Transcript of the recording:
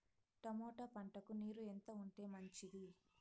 Tomato పంటకు నీరు ఎంత ఉంటే మంచిది?